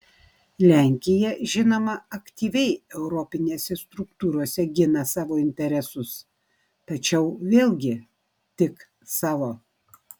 lenkija žinoma aktyviai europinėse struktūrose gina savo interesus tačiau vėlgi tik savo